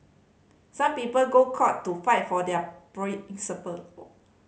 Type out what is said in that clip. some people go court to fight for their principle